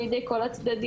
בידי כל הצדדים?